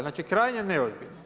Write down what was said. Znači krajnje neozbiljno.